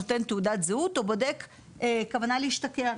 נותן תעודת זהות הוא בודק כוונה להשתקע,